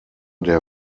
der